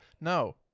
No